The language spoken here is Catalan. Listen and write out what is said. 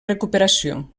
recuperació